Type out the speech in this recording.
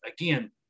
again